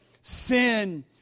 Sin